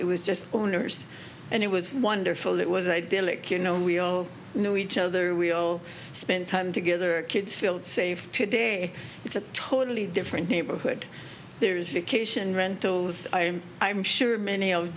it was just owners and it was wonderful it was idyllic you know we all know each other we'll spend time together kids feel safe today it's a totally different neighborhood there's vacation rentals i'm i'm sure many of